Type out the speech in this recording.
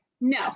no